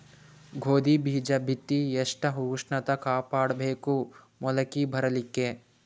ಗೋಧಿ ಬೀಜ ಬಿತ್ತಿ ಎಷ್ಟ ಉಷ್ಣತ ಕಾಪಾಡ ಬೇಕು ಮೊಲಕಿ ಬರಲಿಕ್ಕೆ?